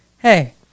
Hey